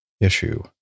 issue